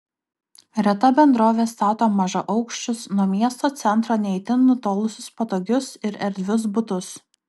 reta bendrovė stato mažaaukščius nuo miesto centro ne itin nutolusius patogius ir erdvius butus